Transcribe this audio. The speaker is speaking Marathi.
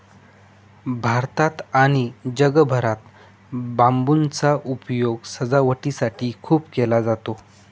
भारतात आणि जगभरात बांबूचा उपयोग सजावटीसाठी खूप केला जातो